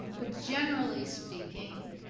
but generally speaking,